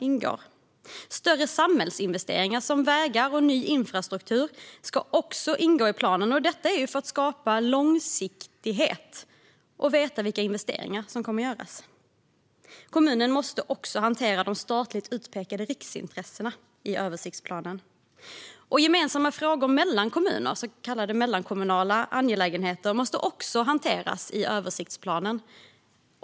Även större samhällsinvesteringar som vägar och annan infrastruktur ska ingå i planen för att skapa långsiktighet och för att man ska veta vilka investeringar som kommer att göras. Kommunen måste också hantera de statligt utpekade riksintressena i översiktsplanen. Gemensamma frågor med andra kommuner, så kallade mellankommunala angelägenheter, måste också hanteras i översiktsplanen.